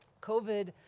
COVID